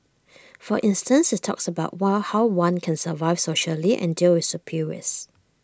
for instance IT talks about what how one can survive socially and deal with superiors